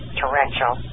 torrential